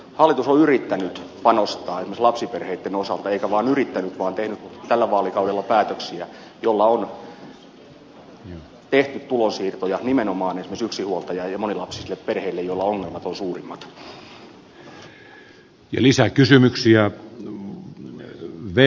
hallitus on yrittänyt panostaa esimerkiksi lapsiperheitten osalta eikä vain yrittänyt vaan tehnyt tällä vaalikaudella päätöksiä joilla on tehty tulonsiirtoja nimenomaan esimerkiksi yksinhuoltaja ja monilapsisille perheille joilla ongelmat ovat suurimmat